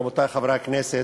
רבותי חברי הכנסת,